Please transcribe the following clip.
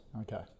Okay